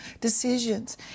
decisions